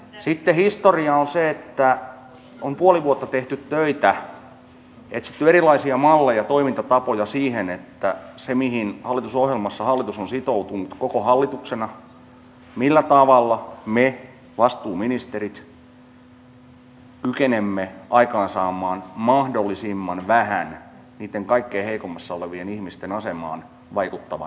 sitten historia on se että on puoli vuotta tehty töitä etsitty erilaisia malleja ja toimintapoja siihen mihin hallitusohjelmassa hallitus on sitoutunut koko hallituksena että millä tavalla me vastuuministerit kykenemme aikaansaamaan mahdollisimman vähän niitten kaikkein heikoimmassa asemassa olevien ihmisten asemaan vaikuttavan ratkaisun